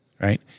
Right